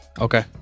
okay